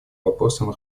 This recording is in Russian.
вопросам